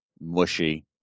mushy